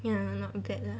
ya not bad lah